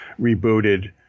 rebooted